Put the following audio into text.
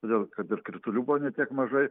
todėl kad ir kritulių buvo ne tiek mažai